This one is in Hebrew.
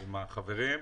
עם החברים.